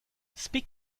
speak